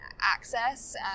access